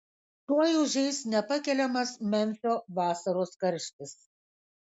tuoj užeis nepakeliamas memfio vasaros karštis